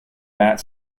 matt